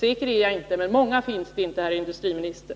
Säker är jag inte, men många finns det inte, herr industriminister.